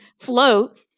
float